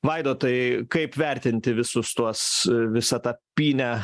vaidotai kaip vertinti visus tuos visą tą pynę